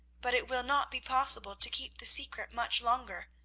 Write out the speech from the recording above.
but it will not be possible to keep the secret much longer.